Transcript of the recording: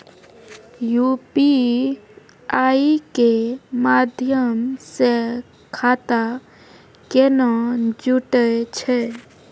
UPI के माध्यम से खाता केना जुटैय छै?